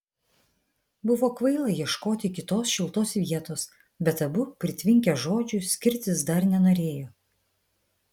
buvo kvaila ieškoti kitos šiltos vietos bet abu pritvinkę žodžių skirtis dar nenorėjo